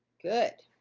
good,